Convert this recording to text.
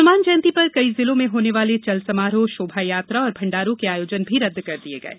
हनुमान जयंती पर कई जिलों में होने वाले चल समारोह शोभायात्रा और भंडारों के आयोजन भी रदद कर दिये गये